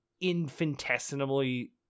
infinitesimally